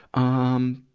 um,